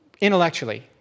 intellectually